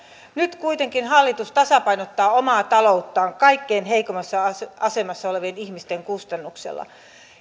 nyt kuitenkin hallitus tasapainottaa omaa talouttaan kaikkein heikoimmassa asemassa olevien ihmisten kustannuksella